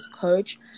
coach